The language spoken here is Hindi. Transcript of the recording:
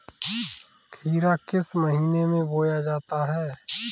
खीरा किस महीने में बोया जाता है?